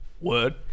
Word